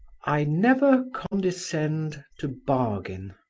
i never condescend to bargain